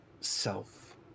self